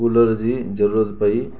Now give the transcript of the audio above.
cooler जी जरूरत पई